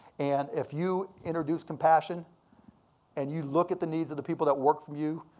and if you introduce compassion and you look at the needs of the people that work for you,